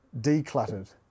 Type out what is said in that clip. decluttered